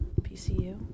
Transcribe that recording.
PCU